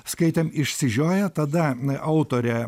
skaitėm išsižioję tada autorė